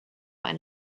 and